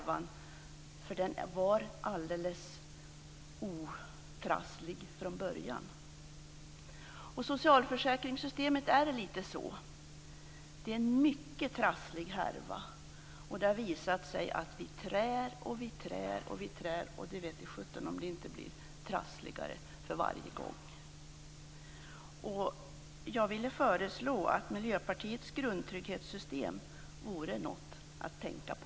Den var nämligen alldeles otrasslig från början. Socialförsäkringssystemet är lite grann så. Det är en mycket trasslig härva. Det har visat sig att vi trär och trär och trär, men det vete sjutton om det inte blir trassligare för varje gång. Jag vill föreslå Miljöpartiets grundtrygghetssystem som något att tänka på.